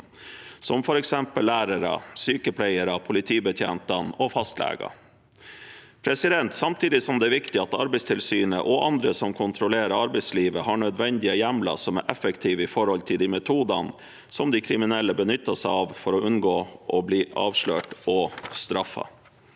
som f.eks. lærere, sykepleiere, politibetjenter og fastleger. Samtidig er det viktig at Arbeidstilsynet og andre som kontrollerer arbeidslivet, har nødvendige hjemler som er effektive med tanke på de metodene som de kriminelle benytter seg av for å unngå å bli avslørt og straffet.